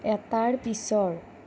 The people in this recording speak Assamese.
এটাৰ পিছৰ